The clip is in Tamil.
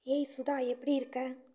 ஏய் சுதா எப்படி இருக்க